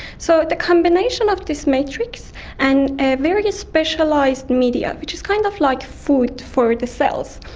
so the combination of this matrix and a very specialised media which is kind of like food for the cells.